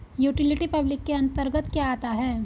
Utility public के अंतर्गत क्या आता है?